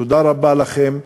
תודה רבה לכם,